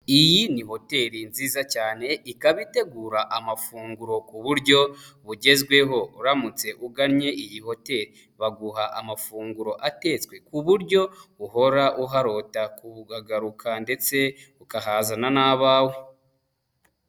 Iyi ni hoteri nziza cyane ikaba itegura amafunguro ku buryo bugezweho uramutse ugannye iyi hoteri baguha amafunguro atetswe ku buryo uhora uharota kuhagaruka ndetse ukahazana n'abawe.